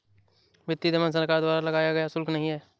वित्तीय दमन सरकार द्वारा लगाया गया शुल्क नहीं है